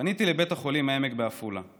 פניתי לבית החולים העמק בעפולה,